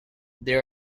there